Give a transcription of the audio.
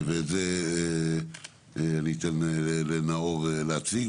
את זה אני אתן לנאור להציג,